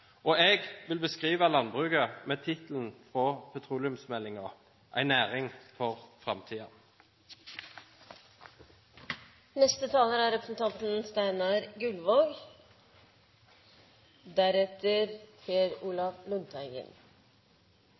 Jeg vil beskrive landbruket med tittelen fra petroleumsmeldingen: «Ei næring for framtida.» Landbruket er